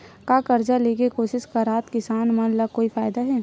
का कर्जा ले के कोशिश करात किसान मन ला कोई फायदा हे?